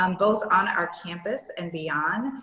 um both on our campus and beyond.